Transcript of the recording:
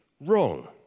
wrong